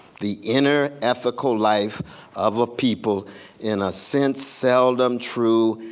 the inner ethical life of a people in a since seldom true,